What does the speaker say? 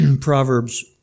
Proverbs